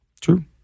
True